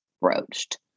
broached